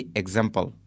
example